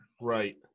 right